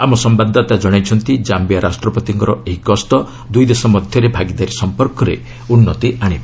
ଆମ ସମ୍ଭାଦଦାତା କଣାଇଛନ୍ତି କମ୍ବିଆ ରାଷ୍ଟ୍ରପତିଙ୍କ ଏହି ଗସ୍ତ ଦୁଇ ଦେଶ ମଧ୍ୟରେ ଭାଗିଦାରୀ ସମ୍ପର୍କରେ ଉନ୍ନତି ଆଣିବ